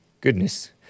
Goodness